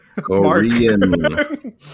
Korean